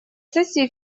сессии